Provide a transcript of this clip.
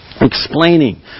explaining